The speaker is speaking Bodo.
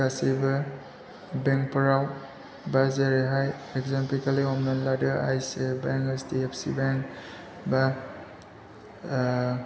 गासैबो बेंकफोराव एबा जेरैहाय एक्जाम्पोल के लिए हमनानै लादो I C I C I bank H D F C bank बा